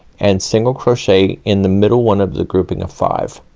and single crochet in the middle one of the grouping of five.